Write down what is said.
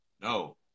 no